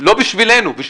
לא בשבילנו,